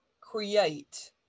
create